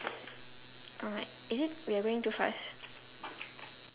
alright is it we're going too fast